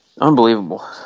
unbelievable